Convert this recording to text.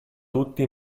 tutti